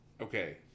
Okay